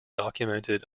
documented